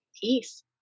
peace